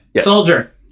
soldier